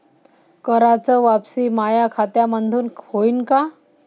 कराच वापसी माया खात्यामंधून होईन का?